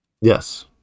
Yes